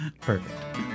Perfect